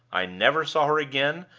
i never saw her again,